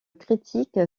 critique